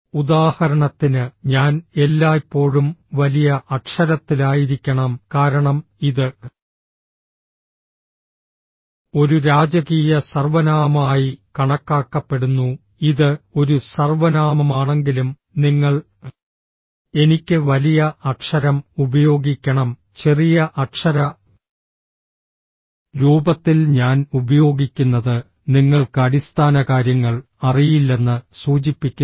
ഉദാഹരണത്തിന് ഞാൻ എല്ലായ്പ്പോഴും വലിയ അക്ഷരത്തിലായിരിക്കണം കാരണം ഇത് ഒരു രാജകീയ സർവ്വനാമമായി കണക്കാക്കപ്പെടുന്നു ഇത് ഒരു സർവ്വനാമമാണെങ്കിലും നിങ്ങൾ എനിക്ക് വലിയ അക്ഷരം ഉപയോഗിക്കണം ചെറിയ അക്ഷര രൂപത്തിൽ ഞാൻ ഉപയോഗിക്കുന്നത് നിങ്ങൾക്ക് അടിസ്ഥാനകാര്യങ്ങൾ അറിയില്ലെന്ന് സൂചിപ്പിക്കുന്നു